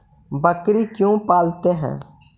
बकरी क्यों पालते है?